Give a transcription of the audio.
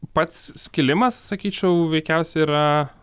pats skilimas sakyčiau veikiausiai yra